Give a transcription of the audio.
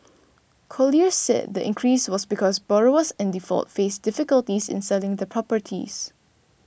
Colliers said the increase was because borrowers in default faced difficulties in selling their properties